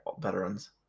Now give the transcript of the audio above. veterans